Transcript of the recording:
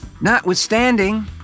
Notwithstanding